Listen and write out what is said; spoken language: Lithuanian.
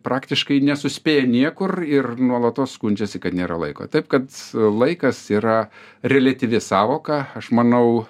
praktiškai nesuspėja niekur ir nuolatos skundžiasi kad nėra laiko taip kad laikas yra reliatyvi sąvoka aš manau